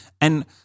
And-